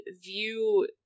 view